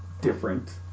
different